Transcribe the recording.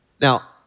Now